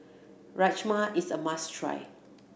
Rajma is a must try